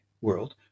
world